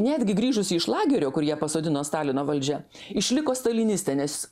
netgi grįžusi iš lagerio kur ją pasodino stalino valdžia išliko stalinistinė nes